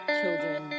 children